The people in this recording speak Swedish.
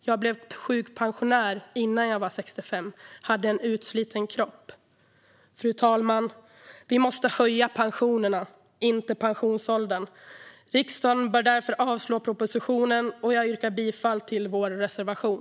"Jag blev sjukpensionär innan jag var 65, hade en utsliten kropp." Fru talman! Vi måste höja pensionerna, inte pensionsåldern. Riksdagen bör därför avslå propositionen. Jag yrkar bifall till vår reservation.